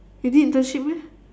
you did internship meh